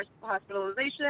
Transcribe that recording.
hospitalization